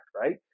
right